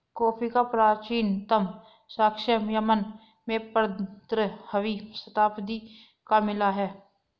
coffee का प्राचीनतम साक्ष्य यमन में पंद्रहवी शताब्दी का मिला है